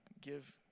give